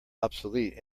obsolete